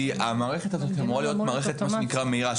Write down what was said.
המערכת הזאת אמורה להיות מערכת מה שנקרא מהירה,